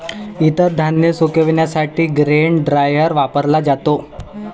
इतर धान्य सुकविण्यासाठी ग्रेन ड्रायर वापरला जातो